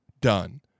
Done